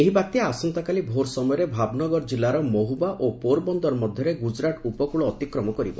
ଏହି ବାତ୍ୟା ଆସନ୍ତାକାଲି ଭୋର ସମୟରେ ଭାବନଗର ଜିଲ୍ଲାର ମହୁବା ଓ ପୋର ବନ୍ଦର ମଧ୍ୟରେ ଗୁଜରାଟ ଉପକୂଳ ଅତିକ୍ରମ କରିବ